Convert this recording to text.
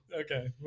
Okay